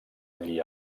allí